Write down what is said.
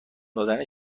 دادن